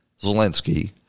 Zelensky